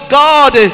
god